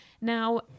Now